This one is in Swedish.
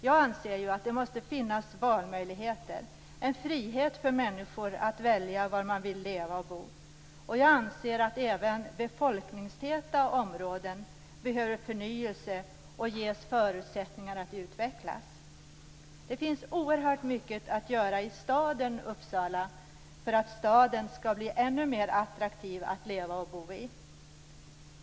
Jag anser att det måste finnas valmöjligheter, en frihet för människor att välja var man vill leva och bo. Jag anser att även befolkningstäta områden behöver förnyelse och ges förutsättningar att utvecklas. Det finns oerhört mycket att göra i staden Uppsala för att staden skall bli ännu mer attraktiv att leva och bo i.